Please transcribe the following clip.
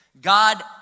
God